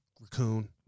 Raccoon